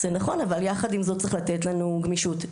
אבל עם זאת צריך לתת לנו גמישות.